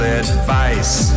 advice